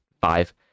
five